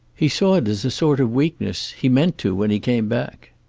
he saw it as a sort of weakness. he meant to when he came back.